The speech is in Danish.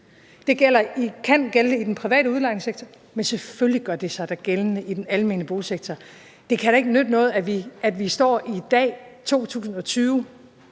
det kan gælde i den private udlejningssektor, men selvfølgelig gør det sig da gældende i den almene boligsektor – kan det da ikke nytte noget, at vi står i dag i 2020